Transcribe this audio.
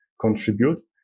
contribute